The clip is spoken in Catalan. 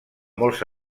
molts